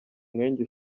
mwenge